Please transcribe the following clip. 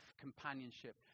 companionship